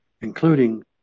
including